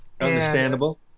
Understandable